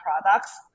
products